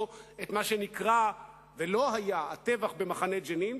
את מה שנקרא ולא היה "הטבח במחנה ג'נין".